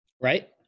Right